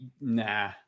Nah